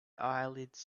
eyelids